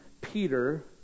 peter